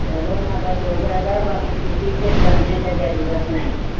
चलो मदद हो जाएगा बाकी किसी से डरने का ज़रूरत नहीं है